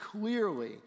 clearly